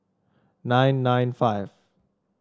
nine nine five